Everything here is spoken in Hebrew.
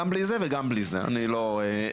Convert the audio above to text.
גם בלי זה וגם בלי זה אני לא זה,